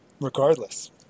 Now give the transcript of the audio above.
regardless